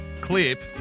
clip